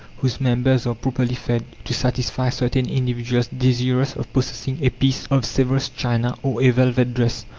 whose members are properly fed, to satisfy certain individuals desirous of possessing a piece of sevres china or a velvet dress?